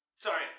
Sorry